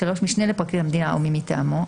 משנה לפרקליט המדינה או מי מטעמו.